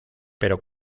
pero